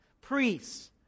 priests